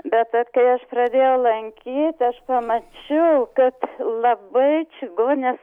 bet vat kai aš pradėjau lankyt aš pamačiau kad labai čigonės